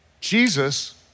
Jesus